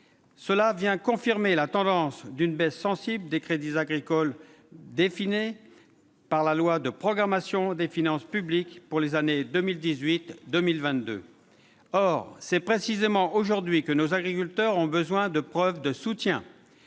vient confirmer la tendance à une baisse sensible des crédits agricoles dessinée par la loi de programmation des finances publiques pour les années 2018 à 2022. Or c'est précisément aujourd'hui que nos agriculteurs ont besoin de preuves de soutien